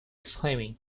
disclaiming